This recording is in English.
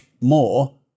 more